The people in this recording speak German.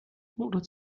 oder